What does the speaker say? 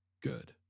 good